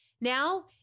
Now